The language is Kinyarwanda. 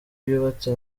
yubatse